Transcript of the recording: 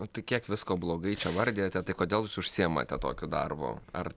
nu tai kiek visko blogai čia vardijate tai kodėl jūs užsiimate tokiu darbu ar